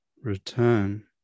return